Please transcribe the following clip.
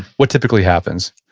what typically happens?